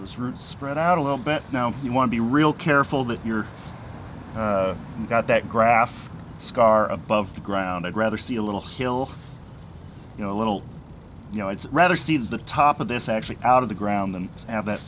those roots spread out a little bit now you want to be real careful that you're got that graph scar above the ground i'd rather see a little hill you know a little you know it's rather see the top of this actually out of the ground and have that